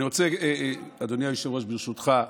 אדוני היושב-ראש, ברשותך,